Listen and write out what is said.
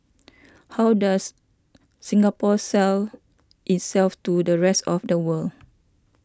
how does Singapore sell itself to the rest of the world